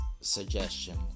suggestion